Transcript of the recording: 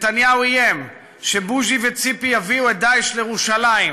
נתניהו איים שבוז'י וציפי יביאו את "דאעש" לירושלים.